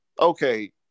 okay